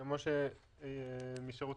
אין פה איזה שהוא רצון לא לתמוך באותן